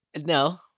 No